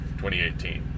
2018